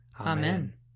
Amen